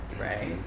right